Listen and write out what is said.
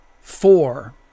four